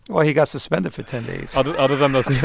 well, he got suspended for ten days other other than those